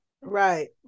Right